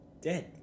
dead